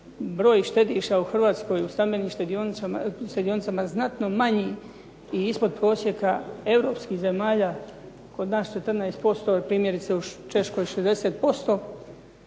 broj štediša u Hrvatskoj u stambenim štedionicama znatno manji i ispod prosjeka europskih zemalja kod nas 14%, primjerice u Češkoj 60%.